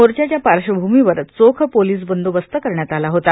मोर्चाच्या पार्श्वभूमीवर चोख पोलिस बव्वोबस्त लावण्यात आला होता